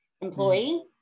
employee